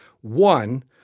One